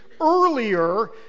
earlier